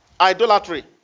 Idolatry